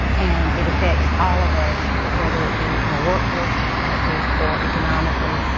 and it affects all of us whether it be from a workforce perspective or economically.